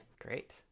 great